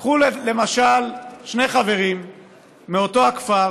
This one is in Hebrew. קחו, למשל, שני חברים מאותו הכפר